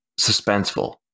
suspenseful